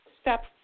Step